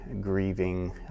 grieving